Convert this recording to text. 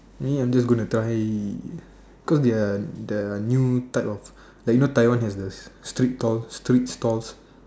me I'm just gonna try cause their their new type of like you know Taiwan has the street stall street stalls